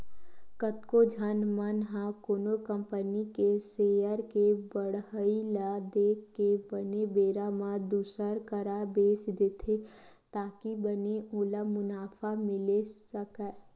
कतको झन मन ह कोनो कंपनी के सेयर के बड़हई ल देख के बने बेरा म दुसर करा बेंच देथे ताकि बने ओला मुनाफा मिले सकय